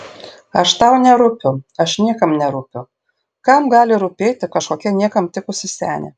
aš tau nerūpiu aš niekam nerūpiu kam gali rūpėti kažkokia niekam tikusi senė